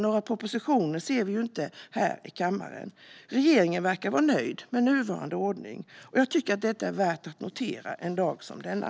Några propositioner ser vi inte här i kammaren, utan regeringen verkar vara nöjd med nuvarande ordning. Jag tycker att detta är värt att notera, en dag som denna.